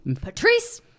Patrice